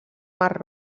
mar